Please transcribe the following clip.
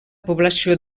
població